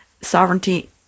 sovereignty